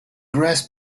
grass